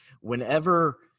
whenever